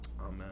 Amen